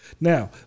Now